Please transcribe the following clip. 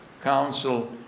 Council